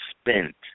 spent